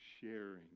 sharing